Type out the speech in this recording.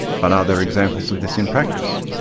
but are there examples of this in practice?